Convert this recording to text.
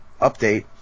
update